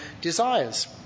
desires